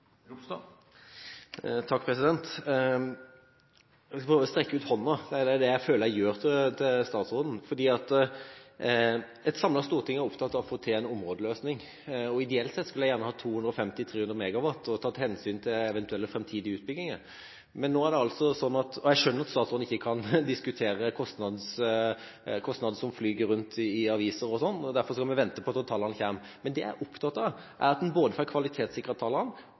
Jeg føler jeg strekker ut hånden til statsråden, fordi et samlet storting er opptatt av å få til en områdeløsning. Og ideelt sett skulle jeg gjerne hatt 250–300 MW og tatt hensyn til eventuelle framtidige utbygginger. Jeg skjønner at statsråden ikke kan diskutere kostnader som verserer i avisene, og derfor må vi vente til tallene kommer. Det jeg er opptatt av, er at en både får kvalitetssikret tallene